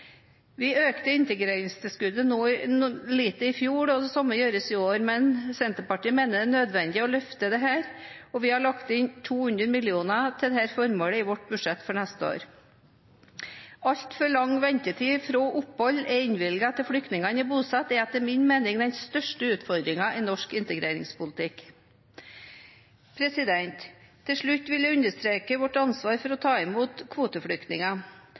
Vi økte integreringstilskuddet litt i fjor, og det samme gjøres i år, men Senterpartiet mener det er nødvendig å løfte dette, og vi har lagt inn 200 mill. kr til dette formålet i vårt budsjett for neste år. Altfor lang ventetid fra opphold er innvilget og til flyktningene er bosatt, er etter min mening den største utfordringen i norsk integreringspolitikk. Til slutt vil jeg understreke vårt ansvar for å ta imot kvoteflyktninger.